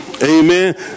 Amen